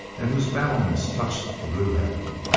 and whose battlements touched the blue heaven.